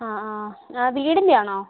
ആ ആ വീടിൻ്റെ ആണോ